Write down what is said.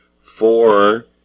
four